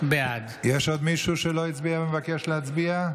בעד יש עוד מישהו שלא הצביע ומבקש הצביע?